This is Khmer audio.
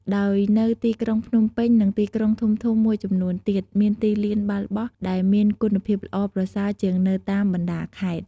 ដោយនៅទីក្រុងភ្នំពេញ និងទីក្រុងធំៗមួយចំនួនទៀត មានទីលានបាល់បោះដែលមានគុណភាពល្អប្រសើរជាងនៅតាមបណ្ដាខេត្ត។